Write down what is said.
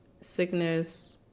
sickness